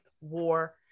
war